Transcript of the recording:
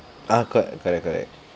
ah correct correct correct